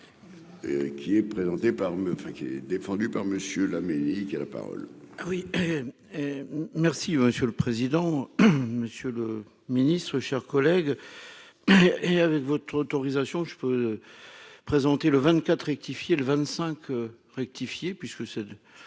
qui est défendu par Monsieur la mairie qui a la parole. Oui merci monsieur le président, monsieur le ministre, chers collègues et avec votre autorisation, je peux présenter le 24 rectifié le 25 rectifié puisque c'est